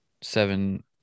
seven